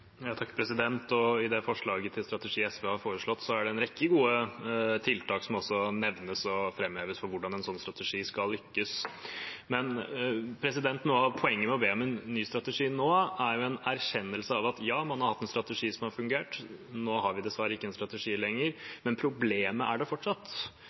I det forslaget til strategi SV har foreslått, er det en rekke gode tiltak som nevnes og framheves for hvordan en sånn strategi skal lykkes. Noe av poenget med å be om en ny strategi nå, er en erkjennelse av at man har hatt en strategi som har fungert, nå har vi dessverre ikke en strategi lenger, men problemet er der fortsatt.